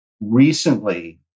recently